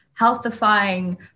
healthifying